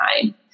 time